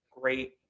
great